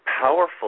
powerful